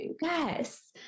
Yes